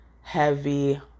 heavy